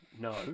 No